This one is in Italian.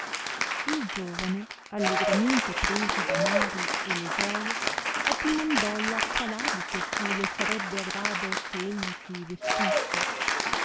il giovane allegramente presi i danari e le gioie addimandolla qual abito più le sarebbe a grado che egli si vestisse